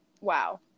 wow